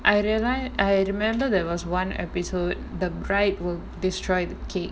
I realise I remember there was one episode the bride will destroy the cake